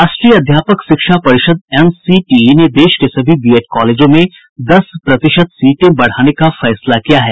राष्ट्रीय अध्यापक शिक्षा परिषद एनसीटीई ने देश के सभी बीएड कालेजों में दस प्रतिशत सीटें बढ़ाने का फैसला किया है